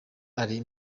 ari